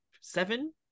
seven